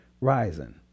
rising